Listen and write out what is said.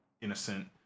innocent